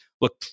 look